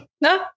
no